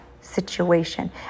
situation